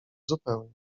zupełnie